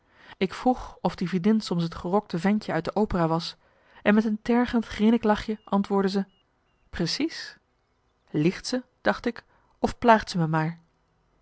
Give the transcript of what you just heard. ik vroeg of die vriendin soms het gerokje ventje uit de opera was en met een tergend grinniklachje antwoordde ze precies liegt ze dacht ik of plaagt ze me maar